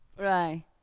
right